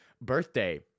birthday